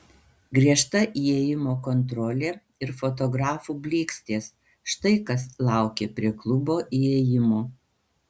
griežta įėjimo kontrolė ir fotografų blykstės štai kas laukė prie klubo įėjimo